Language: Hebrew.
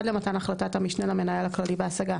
למתן החלטת המשנה למנהל הכללי בהשגה,